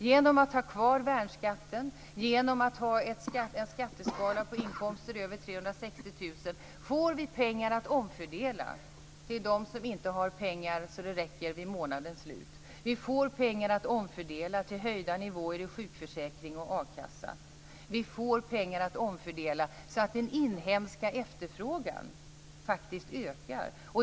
Genom att man har kvar värnskatten, genom att man har en skatteskala på inkomster över 360 000 kr får vi pengar att omfördela till dem som inte har pengar så att det räcker till månadens slut. Vi får pengar att omfördela till höjda nivåer i sjukförsäkring och a-kassa. Vi får pengar att omfördela så att den inhemska efterfrågan ökar.